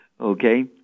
Okay